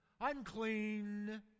Unclean